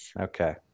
Okay